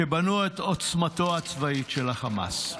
שבנו את עוצמתו הצבאית של החמאס.